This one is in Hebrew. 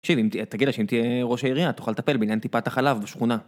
תגיד לה שאם תהיה ראש העירייה, תוכל לטפל בעניין טיפת החלב בשכונה.